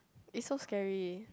it's so scary